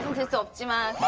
herself.